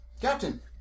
Captain